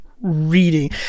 reading